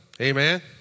amen